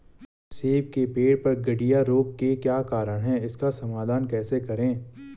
सेब के पेड़ पर गढ़िया रोग के क्या कारण हैं इसका समाधान कैसे करें?